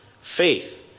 faith